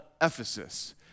Ephesus